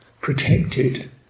protected